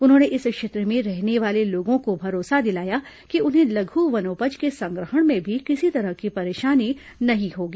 उन्होंने इस क्षेत्र में रहने वाले लोगों को भरोसा दिलाया कि उन्हें लघु वनोपज के संग्रहण में भी किसी तरह की परेशानी नहीं होगी